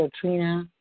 Trina